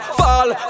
fall